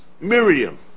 Miriam